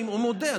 אני מודה,